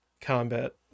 combat